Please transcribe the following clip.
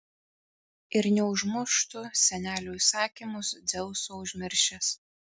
ir neužmuštų senelio įsakymus dzeuso užmiršęs